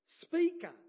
speaker